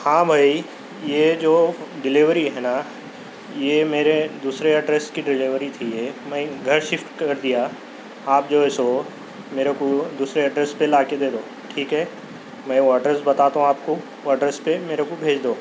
ہاں بھائی یہ جو ڈیلیوری ہے نا یہ میرے دوسرے ایڈریس کی دیلیوری تھی یہ میں گھر شفٹ کر دیا آپ جو ہے سو میرے کو دوسرے ایڈریس پہ لا کے دیدو ٹھیک ہے میں وہ ایڈریس بتاتا ہوں آپ کو وہ ایڈریس پہ میرے کو بھیج دو